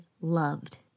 loved